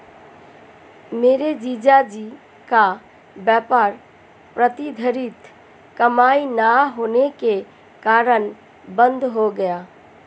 मेरे जीजा जी का व्यापार प्रतिधरित कमाई ना होने के कारण बंद हो गया